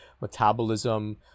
Metabolism